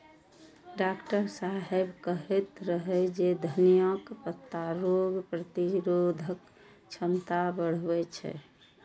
doctor साहेब कहैत रहै जे धनियाक पत्ता रोग प्रतिरोधक क्षमता बढ़बै छै